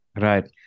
Right